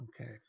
Okay